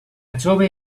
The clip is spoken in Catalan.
jove